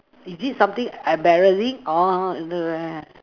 is it something embarrassing orh underwear